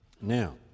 Now